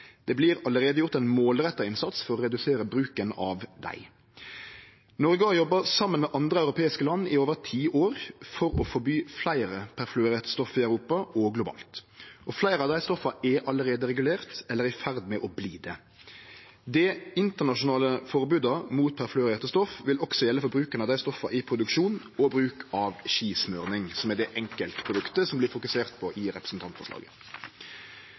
Det vert allereie gjort ein målretta innsats for å redusere bruken av dei. Noreg har jobba saman med andre europeiske land i over ti år for å forby fleire perfluorerte stoff i Europa og globalt. Fleire av dei stoffa er allereie regulert eller er i ferd med å verte det. Dei internasjonale forboda mot perfluorerte stoff vil også gjelde for bruken av dei stoffa i produksjon og bruk av skismurning, som er det enkeltproduktet som det vert fokusert på i representantforslaget.